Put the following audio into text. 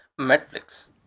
Netflix